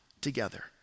together